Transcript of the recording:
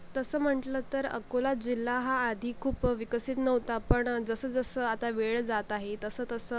तसं म्हटलं तर अकोला जिल्हा हा आधी खूप विकसित नव्हता पण जसं जसं आता वेळ जात आहे तसं तसं